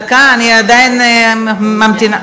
דקה, אני עדיין ממתינה.